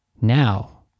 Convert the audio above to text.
now